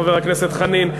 חבר הכנסת חנין,